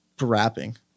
rapping